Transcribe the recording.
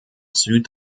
süd